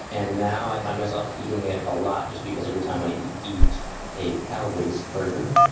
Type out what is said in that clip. and now i find myself eating it a lot just because every time i eat eat a cow based burger,